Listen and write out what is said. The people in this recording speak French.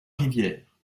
rivière